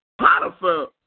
Potiphar